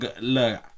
Look